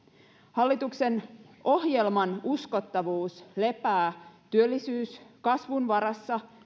hallituksen ohjelman uskottavuus lepää työllisyyskasvun varassa